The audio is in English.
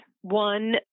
One